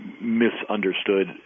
misunderstood